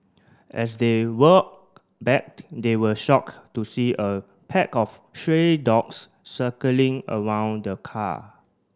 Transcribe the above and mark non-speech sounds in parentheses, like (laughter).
as they walk back they were shock to see a pack of (unintelligible) dogs circling around the car